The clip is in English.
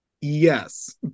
Yes